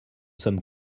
sommes